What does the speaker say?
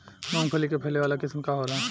मूँगफली के फैले वाला किस्म का होला?